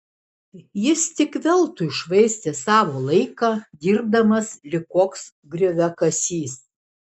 jis tik veltui švaistė savo laiką dirbdamas lyg koks grioviakasys